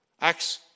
Acts